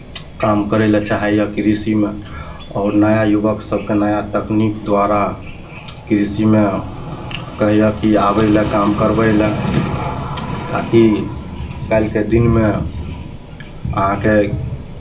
काम करय लेल चाहैए कृषिमे आओर नया युवक सभकेँ नया तकनीक द्वारा कृषिमे कहैए कि आबै लए काम करबै लेल ताकि काल्हिके दिनमे अहाँके